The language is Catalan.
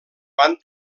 van